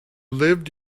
lived